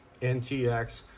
NTX